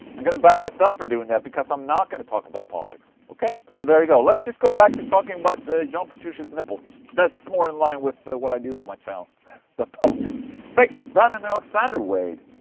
i'm gonna ban myself for doing that because i'm not gonna talk about politics, ok? so, there you go, let's just go back to talking about john petrucci's nipples that's more in line with what i do on my channel than politics thank you brandon alexander wade